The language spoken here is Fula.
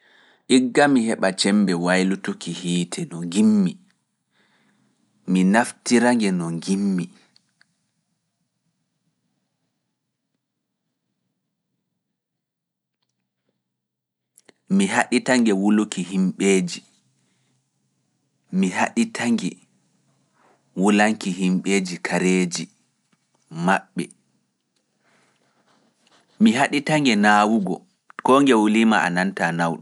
Igga mi heɓa cembe waylutuki hiite no njimmi, mi naftira nge no njimmi. Mi haɗita nge wuluki himɓeeji, mi haɗita nge wulanki himɓeeji kareeji maɓɓe. Mi haɗita nge naawugo, koo nge wuliima a nantaa nawde.